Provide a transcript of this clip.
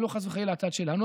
ולא חס וחלילה הצד שלנו.